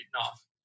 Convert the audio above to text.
off